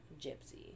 Gypsy